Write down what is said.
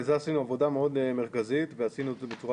לזה עשינו עבודה מאוד מרכזית ועשינו את זה בצורה מסודרת.